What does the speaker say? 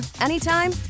anytime